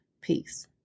peace